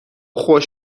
خوش